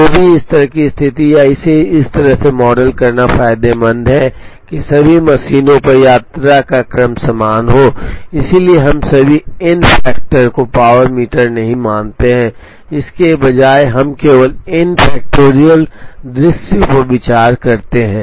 तो इस तरह की स्थिति या इसे इस तरह से मॉडल करना फायदेमंद है कि सभी मशीनों पर यात्रा का क्रम समान हो इसलिए हम सभी एन फैक्टर को पावर मीटर नहीं मानते हैं इसके बजाय हम केवल n factorial दृश्यों पर विचार करते हैं